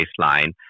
baseline